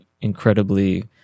incredibly